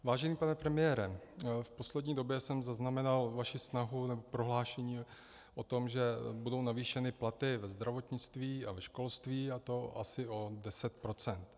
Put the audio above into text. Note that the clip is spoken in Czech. Vážený pane premiére, v poslední době jsem zaznamenal vaši snahu nebo prohlášení o tom, že budou navýšeny platy ve zdravotnictví a ve školství, a to asi o 10 %.